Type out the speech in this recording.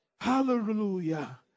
Hallelujah